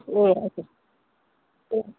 ए हजुर ए